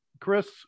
Chris